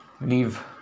leave